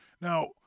Now